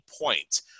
point